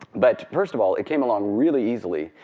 but first of all, it came along really easily,